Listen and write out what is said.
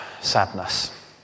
sadness